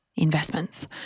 investments